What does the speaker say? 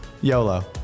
YOLO